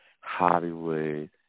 Hollywood